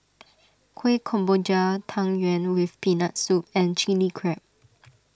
Kueh Kemboja Tang Yuen with Peanut Soup and Chili Crab